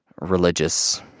religious